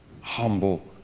humble